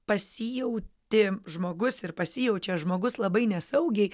pasijauti žmogus ir pasijaučia žmogus labai nesaugiai